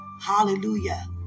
Hallelujah